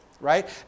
right